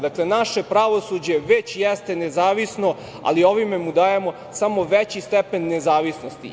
Dakle, naše pravosuđe već jeste nezavisno, ali ovim mu dajemo samo veći stepen nezavisnosti.